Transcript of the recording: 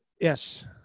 Yes